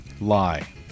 Lie